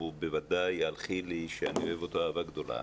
וודאי על חילי שאני אוהב אותו אהבה גדולה,